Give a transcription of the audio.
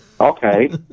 Okay